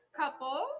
couple